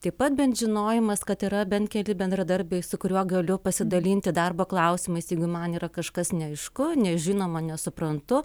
taip pat bent žinojimas kad yra bent keli bendradarbiai su kuriuo galiu pasidalinti darbo klausimais jeigu man yra kažkas neaišku nežinoma nesuprantu